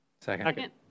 Second